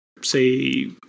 say